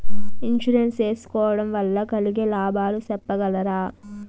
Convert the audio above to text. Insurance సేసుకోవడం వల్ల కలిగే లాభాలు సెప్పగలరా?